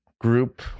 group